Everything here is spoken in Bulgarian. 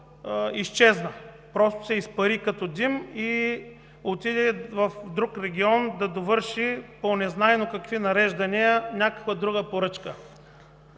изчезна – просто се изпари като дим, и отиде в друг регион да довърши, по незнайно какви нареждания, някаква друга поръчка.